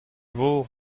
vor